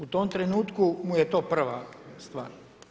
U tom trenutku mu je to prva stvar.